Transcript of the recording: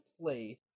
place